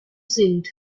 sind